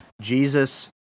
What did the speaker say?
Jesus